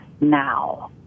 now